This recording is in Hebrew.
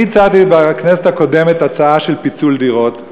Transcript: אני הצעתי בכנסת הקודמת הצעה של פיצול דירות,